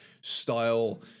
style